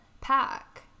pack